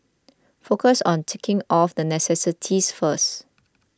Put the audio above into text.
focus on ticking off the necessities first